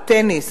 הטניס,